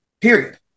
Period